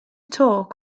talk